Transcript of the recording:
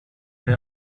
they